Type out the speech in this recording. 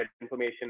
information